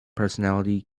personality